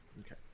Okay